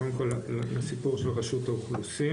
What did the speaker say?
קודם כל לסיפור של רשות האוכלוסין.